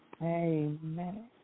Amen